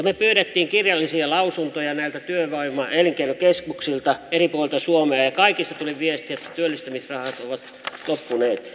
me pyysimme kirjallisia lausuntoja työvoima ja elinkeinokeskuksilta eri puolilta suomea ja kaikista tuli viesti että työllistämisrahat ovat loppuneet